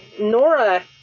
Nora